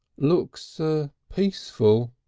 looks peaceful,